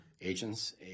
agents